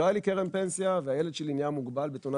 לא היה לי קרן פנסיה והילד שלי נהיה מוגבל בתאונת